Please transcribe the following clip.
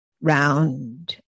round